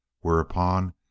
whereupon